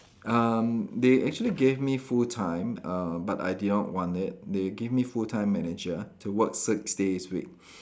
um they actually gave me full time err but I didn't want it they gave me full time manager to work six days week